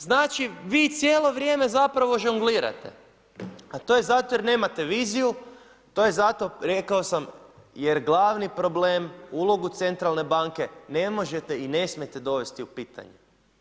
Znači, vi cijelo vrijeme zapravo žonglirate, a to je zato jer nemate viziju, to je zato, rekao sam jer glavni problem, ulogu centralne banke ne možete i ne smijete dovesti u pitanje.